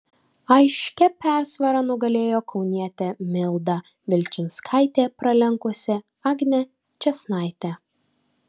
aiškia persvara nugalėjo kaunietė milda vilčinskaitė pralenkusi agnę čėsnaitę